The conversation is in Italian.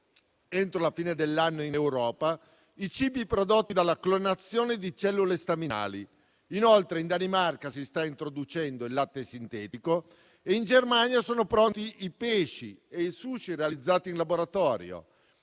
entro la fine dell'anno in Europa i cibi prodotti dalla clonazione di cellule staminali. Inoltre, in Danimarca si sta introducendo il latte sintetico e in Germania sono pronti i pesci e il sushi realizzati in laboratorio.